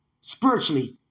Spiritually